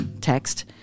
text